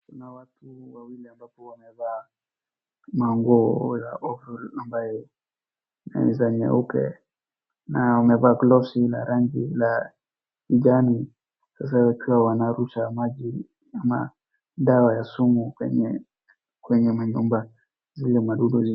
Kuna watu wawili amabpo wamevaa manguo ya overall ambaye ni za nyeupe na wamevaa gloves la rangi la kijani. Sasa wakiwa wanarusha maji ama dawa ya sumu kwenye manyumba zile madudu.